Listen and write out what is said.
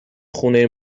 خونه